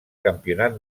campionat